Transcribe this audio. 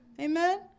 Amen